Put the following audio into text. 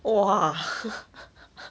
!wah!